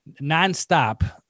nonstop